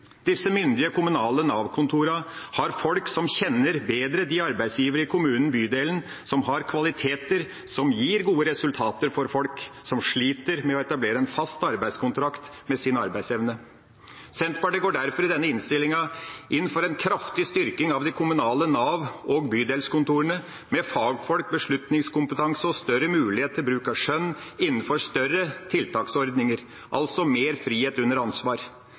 Disse myndige kommunale Nav-kontorene har folk som kjenner bedre de arbeidsgiverne i kommunen eller bydelen som har kvaliteter som gir gode resultater for folk som sliter med å etablere en fast arbeidskontrakt med sin arbeidsevne. Senterpartiet går derfor i denne innstillinga inn for en kraftig styrking av de kommunale Nav- og bydelskontorene med fagfolk, beslutningskompetanse og større mulighet til bruk av skjønn innenfor større tiltaksordninger – altså mer frihet under ansvar,